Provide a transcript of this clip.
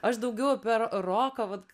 aš daugiau apie ro roką vat